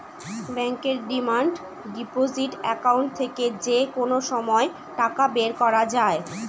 ব্যাঙ্কের demand deposit account থেকে যে কোনো সময় টাকা বের করা যায়